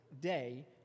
day